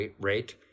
rate